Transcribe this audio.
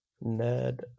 Ned